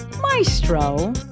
Maestro